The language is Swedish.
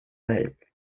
dig